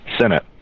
senate